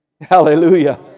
Hallelujah